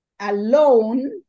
alone